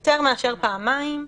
יותר מאשר פעמיים,